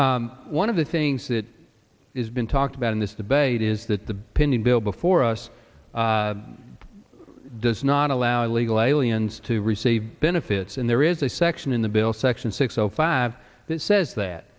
one of the things that is been talked about in this debate is that the opinion bill before us does not allow illegal aliens to receive benefits and there is a section in the bill section six zero five that says that